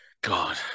God